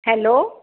hello